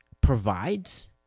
provides